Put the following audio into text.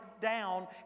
down